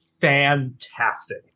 fantastic